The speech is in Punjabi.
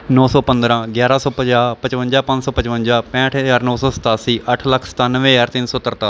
ਨੌਂ ਸੌ ਪੰਦਰ੍ਹਾਂ ਗਿਆਰ੍ਹਾਂ ਸੌ ਪੰਜਾਹ ਪਚਵੰਜਾ ਪੰਜ ਸੌ ਪਚਵੰਜਾ ਪੈਂਹਠ ਹਜ਼ਾਰ ਨੌਂ ਸੌ ਸਤਾਸੀ ਅੱਠ ਲੱਖ ਸਤਾਨਵੇਂ ਹਜ਼ਾਰ ਤਿੰਨ ਸੌ ਤਰਤਾ